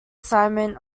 simon